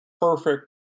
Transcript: perfect